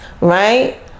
right